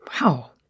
Wow